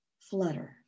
flutter